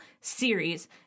series